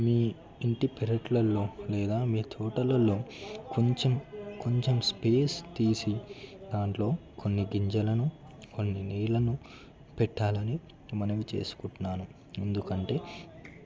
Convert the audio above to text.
మీ ఇంటి పెరట్లల్లో లేదా మీ తోటలలో కొంచెం కొంచెం స్పేస్ తీసి దాంట్లో కొన్ని గింజలను కొన్ని నీళ్లను పెట్టాలని మనవి చేసుకుంటున్నాను ఎందుకంటే